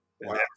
Wow